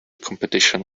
competition